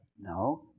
No